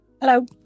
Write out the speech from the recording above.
Hello